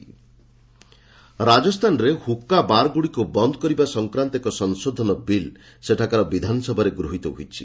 RJ ହୁକା ରାଜସ୍ଥାନରେ ହୁକା ବାର୍ଗୁଡ଼ିକୁ ବନ୍ଦ କରିବା ସଂକ୍ରାନ୍ତ ଏକ ସଂଶୋଧନ ବିଲ୍ ସେଠାକାର ବିଧାନସଭାରେ ଗୃହୀତ ହୋଇଛି